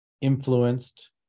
influenced